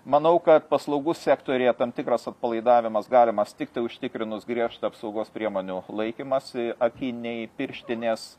manau kad paslaugų sektoriuje tam tikras atpalaidavimas galimas tiktai užtikrinus griežtą apsaugos priemonių laikymąsi akiniai pirštinės